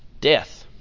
Death